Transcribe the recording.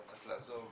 אבל אני צריך לעזוב.